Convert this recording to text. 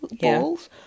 balls